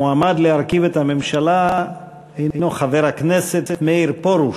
המועמד להרכיב את הממשלה הנו חבר הכנסת מאיר פרוש.